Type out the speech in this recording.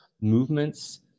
Movements